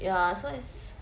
ya so it's